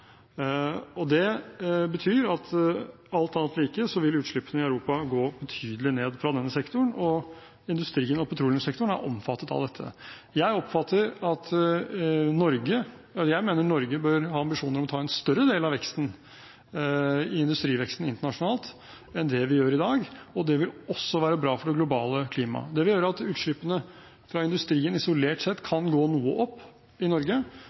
2005. Det betyr alt annet like at utslippene i Europa vil gå betydelig ned i denne sektoren, og industrien og petroleumssektoren er omfattet av dette. Jeg mener Norge bør ha ambisjon om å ta en større del av industriveksten internasjonalt enn det vi gjør i dag, og det vil også være bra for det globale klimaet. Det vil gjøre at utslippene fra industrien isolert sett kan gå noe opp i Norge,